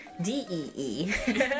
D-E-E